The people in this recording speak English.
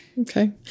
Okay